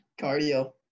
Cardio